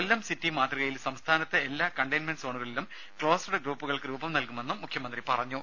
കൊല്ലം city മാതൃകയിൽ സംസ്ഥാനത്തെ എല്ലാ കണ്ടെയ്ൻമെൻറ് സോണുകളിലും ക്ലോസ്ഡ് ഗ്രൂപ്പുകൾക്ക് രൂപം നൽകുമെന്നും മുഖ്യമന്ത്രി പറഞ്ഞു